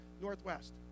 northwest